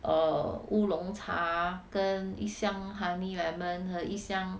err 乌龙茶跟一箱 honey lemon 和一箱